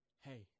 hey